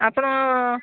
ଆପଣ